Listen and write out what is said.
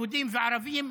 יהודים וערבים,